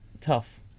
tough